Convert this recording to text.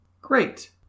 Great